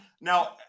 Now